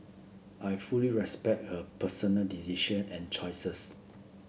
I fully respect her personal decision and choices